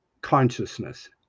consciousness